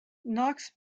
knox